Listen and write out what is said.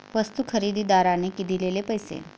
वस्तू खरेदीदाराने दिलेले पैसे